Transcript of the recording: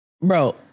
bro